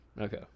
Okay